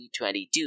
2022